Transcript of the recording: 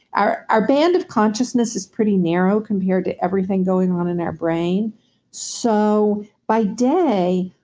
our our band of consciousness is pretty narrow compared to everything going on in our brain so by day,